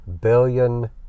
billion